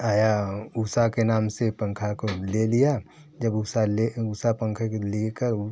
आया ऊषा के नाम से पंखा को ले लिया जब ऊषा ले ऊषा पंखा को लेकर